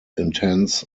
intense